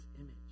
image